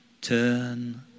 turn